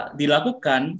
dilakukan